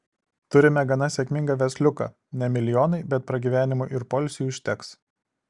turime gana sėkmingą versliuką ne milijonai bet pragyvenimui ir poilsiui užteks